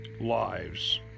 lives